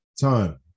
time